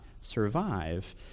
survive